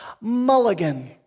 mulligan